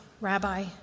Rabbi